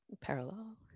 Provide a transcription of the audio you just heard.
parallel